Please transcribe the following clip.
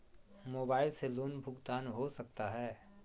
Mobile से loan भुगतान हो सकता है?